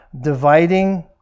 dividing